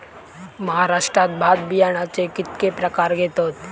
महाराष्ट्रात भात बियाण्याचे कीतके प्रकार घेतत?